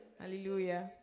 Hallelujah